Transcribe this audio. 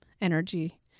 energy